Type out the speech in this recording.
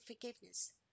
forgiveness